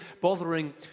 bothering